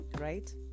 right